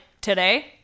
today